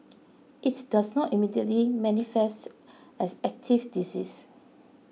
it does not immediately manifest as active disease